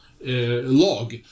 log